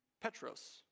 Petros